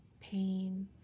pain